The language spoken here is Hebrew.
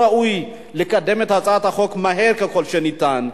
וראוי לקדם את הצעת החוק מהר ככל שניתן.